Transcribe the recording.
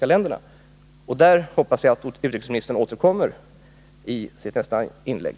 Till den punkten hoppas jag utrikesministern återkommer i sitt nästa inlägg.